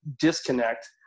disconnect